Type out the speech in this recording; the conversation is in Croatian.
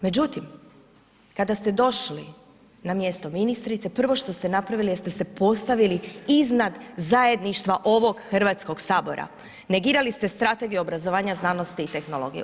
Međutim, kada ste došli na mjesto ministrice prvo što ste napravili ste se postavili iznad zajedništva ovog Hrvatskog sabora, negirali ste Strategiju obrazovanja, znanosti i tehnologije.